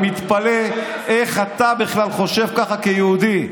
אני מתפלא איך אתה בכלל חושב ככה כיהודי.